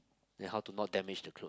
and how to not damage the clothes